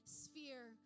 sphere